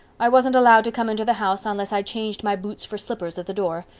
i wasn't allowed to come into the house unless i changed my boots for slippers at the door.